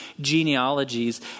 genealogies